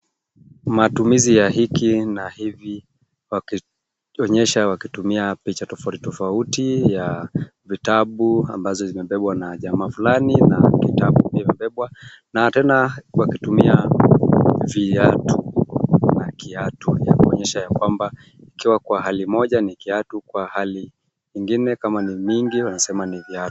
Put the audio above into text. Matumizi ya 'hiki' na 'hivi' wakionyesha wakitumia picha tofauti tofauti ya vitabu ambazo zinabebwa na jamaa flani na kitabu pia imebebwa na tena wakitumia 'viatu' na 'kiatu' ya kuonyesha ya kwamba ikiwa kwa hali moja ni kiatu kwa hali ingine kama ni wingi wanasema ni viatu.